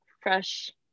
fresh